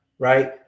Right